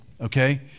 okay